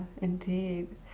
indeed